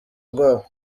rwabo